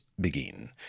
begin